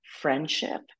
friendship